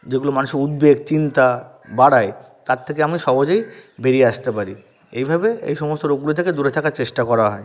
যেগুলো মানুষের উদ্বেগ চিন্তা বাড়ায় তার থেকে আমি সহজেই বেরিয়ে আসতে পারি এইভাবে এই সমস্ত রোগগুলো থেকে দূরে থাকার চেষ্টা করা হয়